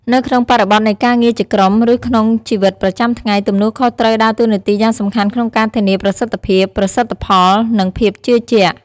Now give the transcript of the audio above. នៅក្នុងបរិបទនៃការងារជាក្រុម ឬក្នុងជីវិតប្រចាំថ្ងៃ ទំនួលខុសដើរតួនាទីយ៉ាងសំខាន់ក្នុងការធានាប្រសិទ្ធភាព ប្រសិទ្ធផល និងភាពជឿជាក់។